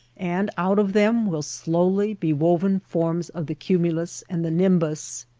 and out of them will slowly be woven forms of the cumulus and the nimbus.